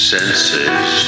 Senses